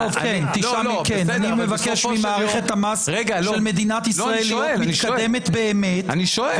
אני מבקש ממערכת המס במדינת ישראל להיות מתקדמת באמת --- אני שואל.